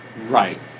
Right